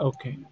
Okay